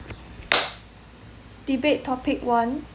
debate topic one